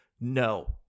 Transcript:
No